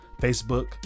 Facebook